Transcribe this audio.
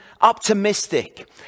optimistic